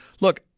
Look